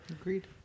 Agreed